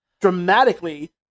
dramatically